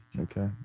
Okay